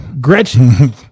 Gretchen